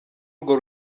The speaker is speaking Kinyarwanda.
urwo